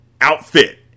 outfit